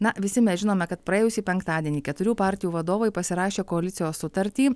na visi mes žinome kad praėjusį penktadienį keturių partijų vadovai pasirašė koalicijos sutartį